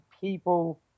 people